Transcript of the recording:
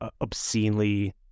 obscenely